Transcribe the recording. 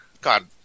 God